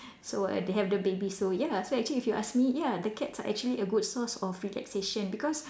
so they have the babies so ya so actually if you ask me ya the cats are actually a good source of relaxation because